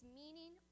meaning